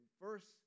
first